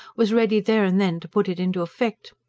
was ready there and then to put it into effect.